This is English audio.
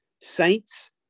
saints